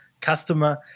customer